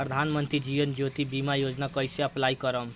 प्रधानमंत्री जीवन ज्योति बीमा योजना कैसे अप्लाई करेम?